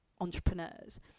entrepreneurs